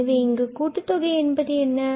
எனவே இங்கு கூட்டுத்தொகை என்பது என்ன